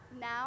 now